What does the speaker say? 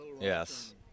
Yes